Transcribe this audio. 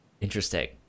interesting